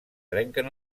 trenquen